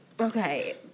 Okay